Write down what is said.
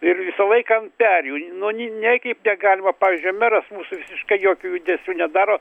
ir visą laiką ant perėjų nu negi negalima pavyzdžiui meras mūsų visiškai jokių judesių nedaro